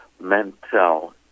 mental